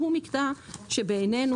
שהוא מקטע שבעינינו,